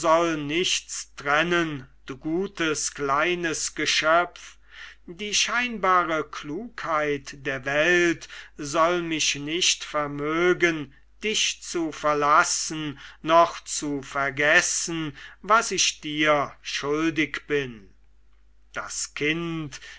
nichts trennen du gutes kleines geschöpf die scheinbare klugheit der welt soll mich nicht vermögen dich zu verlassen noch zu vergessen was ich dir schuldig bin das kind